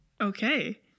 Okay